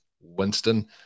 winston